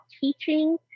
teaching